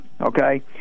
okay